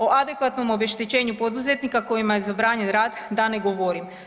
O adekvatnom obeštećenju poduzetnika kojima je zabranjen rad da ne govorim.